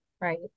right